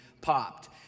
popped